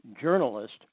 journalist